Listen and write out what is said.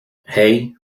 hey